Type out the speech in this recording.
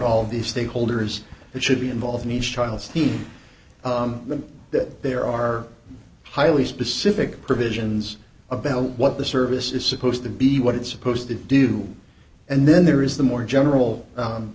all the stakeholders that should be involved in each child's teach them that there are highly specific provisions about what the service is supposed to be what it's supposed to do and then there is the more general